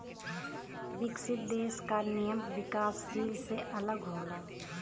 विकसित देश क नियम विकासशील से अलग होला